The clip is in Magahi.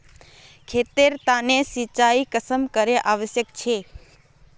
खेतेर तने सिंचाई कुंसम करे आवश्यक छै?